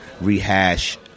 rehash